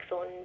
on